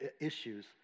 issues